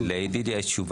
לידידיה יש תשובה.